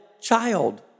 child